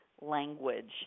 language